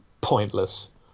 pointless